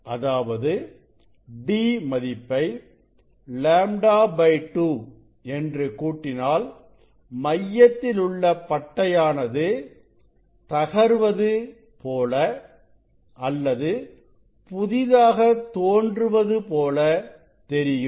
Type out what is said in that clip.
அதாவது d மதிப்பை λ2 என்று கூட்டினால் மையத்தில் உள்ள பட்டையானது தகர்வது போல அல்லது புதிதாக தோன்றுவது போல தெரியும்